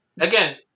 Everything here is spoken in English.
Again